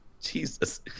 Jesus